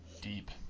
deep